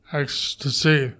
ecstasy